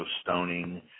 stoning